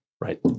right